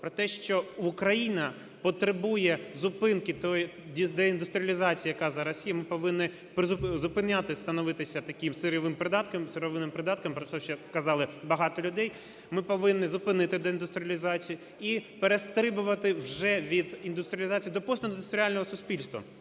Про те, що Україна потребує зупинки тої деіндустріалізації, яка зараз… і повинні зупиняти становитися таким сировинним придатком, про що ще казали багато людей. Ми повинні зупинити деіндустріалізацію і перестрибувати вже від індустріалізації до постіндустріального суспільства,